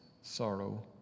sorrow